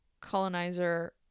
colonizer